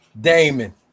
Damon